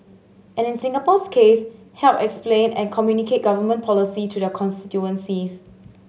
and in Singapore's case help explain and communicate Government policy to their constituencies